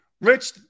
Rich